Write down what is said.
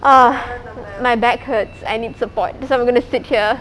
uh my back hurts I need support so I'm going to sit here